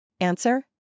Answer